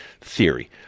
theory